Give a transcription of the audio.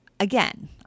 Again